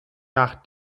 nach